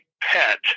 pet